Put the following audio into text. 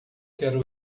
quero